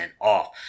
off